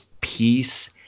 peace